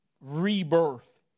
rebirth